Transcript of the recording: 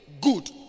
good